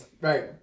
right